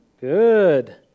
Good